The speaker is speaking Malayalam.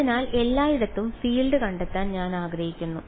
അതിനാൽ എല്ലായിടത്തും ഫീൽഡ് കണ്ടെത്താൻ ഞാൻ ആഗ്രഹിക്കുന്നു